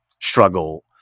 struggle